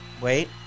Wait